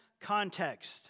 context